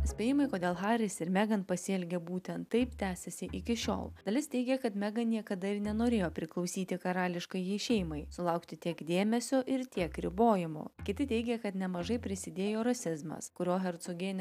spėjimai kodėl haris ir megan pasielgė būtent taip tęsėsi iki šiol dalis teigė kad megan niekada nenorėjo priklausyti karališkajai šeimai sulaukti tiek dėmesio ir tiek ribojimų kiti teigė kad nemažai prisidėjo rasizmas kurio hercogienė